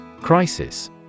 Crisis